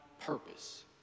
purpose